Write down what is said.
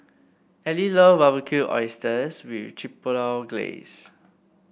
Elie love Barbecued Oysters with Chipotle Glaze